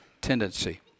tendency